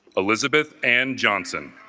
elizabeth and johnson